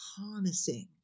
harnessing